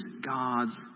God's